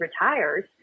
retires